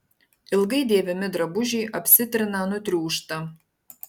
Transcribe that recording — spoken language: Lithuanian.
ilgai dėvimi drabužiai apsitrina nutriūšta